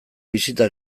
bisita